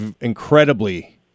incredibly